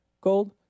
Gold